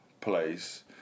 place